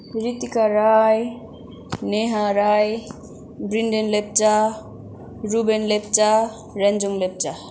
Ritika Rai Neha Rai Brinden Lepcha Ruben Lepcha Renjung Lepcha